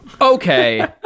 okay